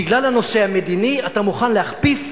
בגלל הנושא המדיני אתה מוכן להכפיף